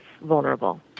vulnerable